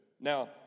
Now